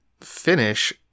finish